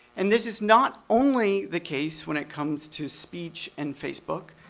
and this is not only the case when it comes to speech and facebook.